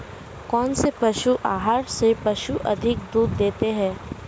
कौनसे पशु आहार से पशु अधिक दूध देते हैं?